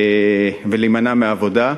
ולהימנע מעבודה.